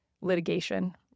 litigation